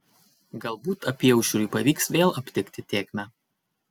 galbūt apyaušriui pavyks vėl aptikti tėkmę